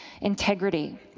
integrity